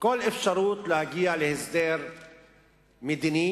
כל אפשרות להגיע להסדר מדיני,